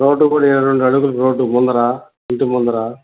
road కూడా ఇరవై రెండు అడుగులు రోడ్డు ముందర ఇంటి ముందర